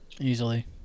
easily